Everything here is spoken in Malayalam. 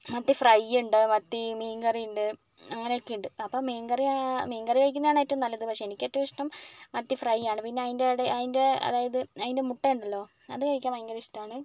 മത്തി ഫ്രൈയ്ണ്ട് മത്തി മീൻകറിയുണ്ട് അങ്ങനെയൊക്കെയുണ്ട് അപ്പം മീൻകറി ആയാൽ മീൻകറി കഴിക്കുന്നതാണ് ഏറ്റവും നല്ലത് പക്ഷേ എനിക്കേറ്റവും ഇഷ്ടം മത്തി ഫ്രൈയാണ് പിന്നെ അതിൻ്റെ അതിൻ്റെ അതായത് അതിൻ്റെ മുട്ടയുണ്ടല്ലോ അത് കഴിക്കാൻ ഭയങ്കര ഇഷ്ടമാണ്